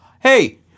hey